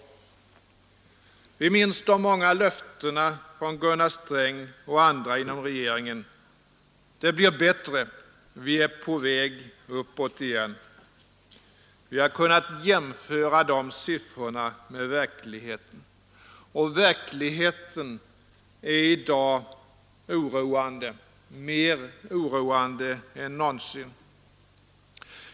Vi minns de många löftena från Gunnar Sträng och andra inom regeringen: Det blir bättre, vi är på väg uppåt igen. Vi har kunnat jämföra detta med verkligheten, och verkligheten är i dag oroande — mer oroande än någonsin.